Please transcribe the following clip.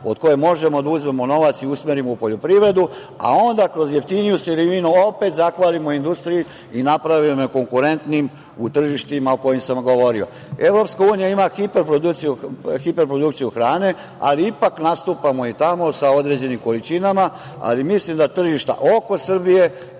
od koje možemo da uzmemo novac i usmerimo u poljoprivredu, a onda kroz jeftiniju sirovinu opet zahvalimo industriji i napravimo je konkurentnijom u tržištima o kojima sam govorio. Evropska unija ima hiperprodukciju hrane, ali ipak nastupamo i tamo sa određenim količinama, ali mislim da tržišta oko Srbije